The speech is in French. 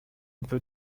peut